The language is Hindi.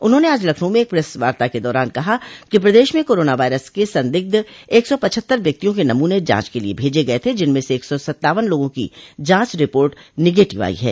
उन्होंने आज लखनऊ में एक प्रेस वार्ता के दौरान कहा कि प्रदेश में कोरोना वायरस के संदिग्ध एक सौ पच्हत्तर व्यक्तियों के नमूने जांच के लिये भेजे गये थे जिनमें से एक सौ सत्तावन लोगों की जांच रिपोर्ट निगेटिव आई है